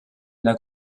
una